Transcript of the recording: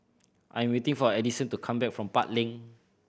I am waiting for Edison to come back from Park Lane